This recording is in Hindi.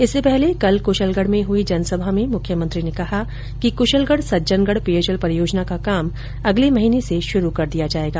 इससे पहले कल कुशलगढ़ में हुई जनसभा में मुख्यमंत्री ने कहा कि कुशलगढ़ सज्जनगढ़ पेयजल परियोजना का काम अगले महीने से शुरू कर दिया जाएगा